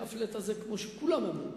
ה-flat הזה, כמו שכולם אמרו,